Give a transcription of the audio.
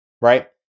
right